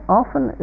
often